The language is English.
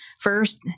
first